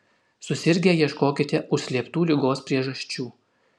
susirgę ieškokite užslėptų ligos priežasčių